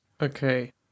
Okay